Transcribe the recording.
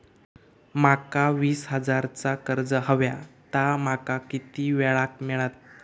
माका वीस हजार चा कर्ज हव्या ता माका किती वेळा क मिळात?